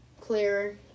clearer